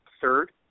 third